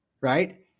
Right